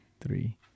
three